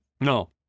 No